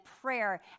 prayer